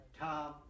Tom